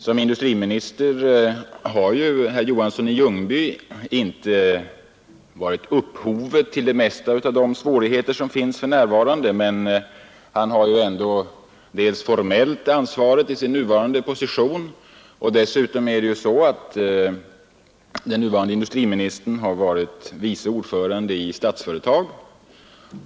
Som industriminister har herr Johansson i Ljungby inte varit upphov till de nuvarande svårigheterna, men en viss del av ansvaret har han dels formellt i sin nuvarande ställning, dels genom sin tidigare position som vice ordförande i Statsföretag.